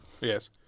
Yes